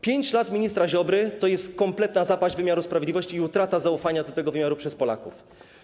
5 lat ministra Ziobry to jest kompletna zapaść wymiaru sprawiedliwości i utrata zaufania do tego wymiaru przez Polaków.